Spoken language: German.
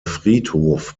friedhof